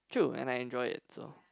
true and I enjoy it so